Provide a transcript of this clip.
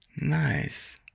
Nice